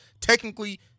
technically